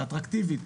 לאטרקטיבית,